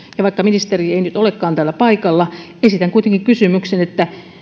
ja vaikka ministeri ei nyt olekaan täällä paikalla esitän kuitenkin kysymyksen